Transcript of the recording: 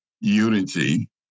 unity